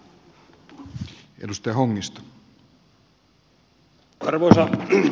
arvoisa herra puhemies